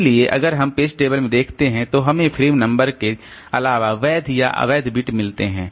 इसलिए अगर हम पेज टेबल में देखते हैं तो हमें फ्रेम नंबर के अलावा वैध या अवैध बिट मिलते हैं